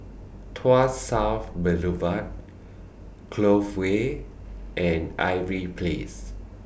Tuas South Boulevard Clove Way and Irving Place